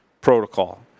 protocol